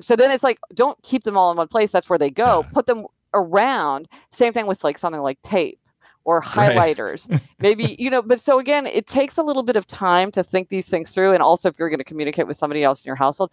so then it's like don't keep them all in one place. that's where they go. put them around. same thing with like something like tape or highlighters maybe, you know but so, again, it takes a little bit of time to think these things through and, also, you're going to have to communicate with somebody else in your household,